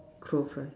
cloth one